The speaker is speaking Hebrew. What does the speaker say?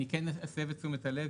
אני כן אסב את תשומת הלב,